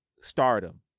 stardom